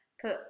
put